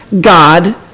god